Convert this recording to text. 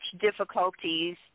difficulties